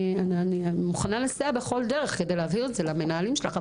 אני מוכנה לסייע בכל דרך כדי להעביר את זה למנהלים שלך.